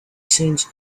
change